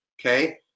Okay